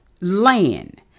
land